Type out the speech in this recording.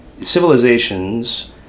civilizations